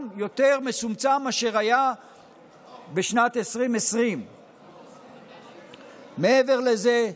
גם יותר מצומצם משהיה בשנת 2020. מעבר לזה,